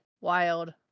wild